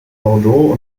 bordeaux